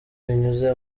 binyuze